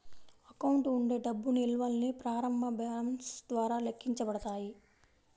account ఉండే డబ్బు నిల్వల్ని ప్రారంభ బ్యాలెన్స్ ద్వారా లెక్కించబడతాయి